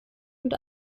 und